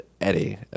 Eddie